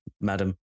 madam